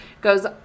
goes